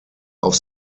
auf